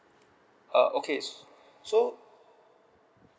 uh okay s~ so